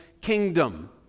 kingdom